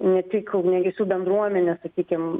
ne tik ugniagesių bendruomenė sakykim